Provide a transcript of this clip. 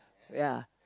ya